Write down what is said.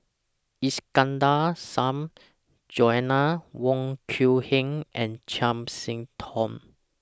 Iskandar Shah Joanna Wong Quee Heng and Chiam See Tong